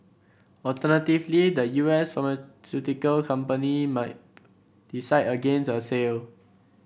alternatively the U S company might decide against a sale